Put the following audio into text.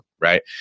right